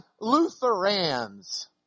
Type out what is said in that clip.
Lutherans